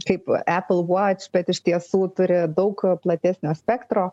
kaip epul vuoč bet iš tiesų turi daug platesnio spektro